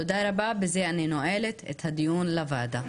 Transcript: תודה רבה, בזה אני נועלת את דיון הוועדה.